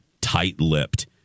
tight-lipped